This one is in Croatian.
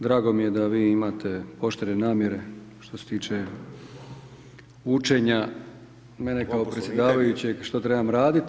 Drago mi je da vi imate oštre namjere što se tiče učenja, mene kao predsjedavajućeg šta trebam raditi.